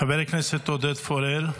חבר הכנסת עודד פורר,